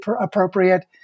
appropriate